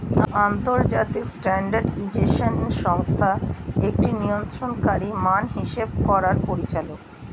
আন্তর্জাতিক স্ট্যান্ডার্ডাইজেশন সংস্থা একটি নিয়ন্ত্রণকারী মান হিসেব করার পরিচালক